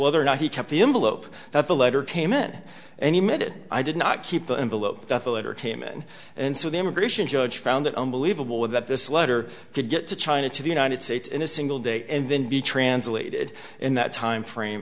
whether or not he kept the envelope that the letter came in any minute i did not keep the envelope that the letter came in and so the immigration judge found it unbelievable that this letter could get to china to the united states in a single day and then be translated in that time frame